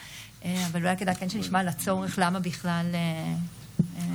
אבל לא נתעלם מדפוסים חוזרים,